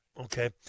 Okay